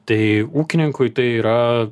tai ūkininkui tai yra